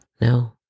No